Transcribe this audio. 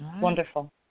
Wonderful